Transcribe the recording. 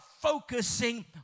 focusing